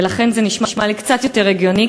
ולכן זה נשמע לי קצת יותר הגיוני,